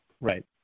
Right